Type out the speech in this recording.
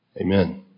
Amen